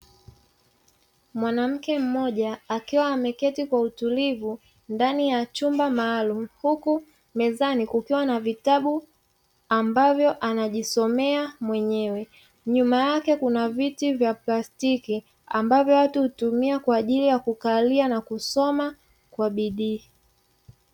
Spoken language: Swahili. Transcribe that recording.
Mwanamke mmoja akiwa ameketi kwa utulivu, ndani ya chumba maalumu, huku mezani kukiwa na vitabu ambavyo anajisomea mwenyewe. Nyuma yake kuna viti vya plastiki, ambavyo watu hutumia kwa ajili ya kukalia na kusoma kwa bidii.